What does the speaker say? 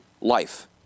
life